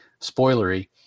spoilery